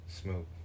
Smoke